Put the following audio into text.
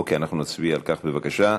אוקיי, נצביע על כך, בבקשה.